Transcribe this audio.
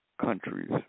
countries